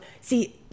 See